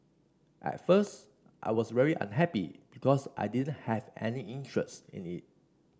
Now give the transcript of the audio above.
at first I was very unhappy because I didn't have any interest in it